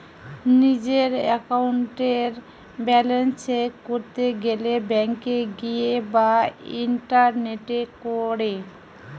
নিজের একাউন্টের balance check করতে গেলে ব্যাংকে গিয়ে বা ইন্টারনেটে করে